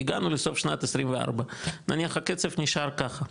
הגענו לשנת 24, נניח הקצב נשאר ככה,